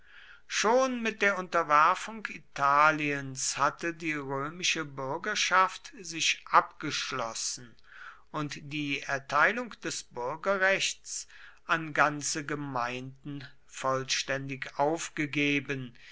schon mit der unterwerfung italiens hatte die römische bürgerschaft sich abgeschlossen und die erteilung des bürgerrechts an ganze gemeinden vollständig aufgegeben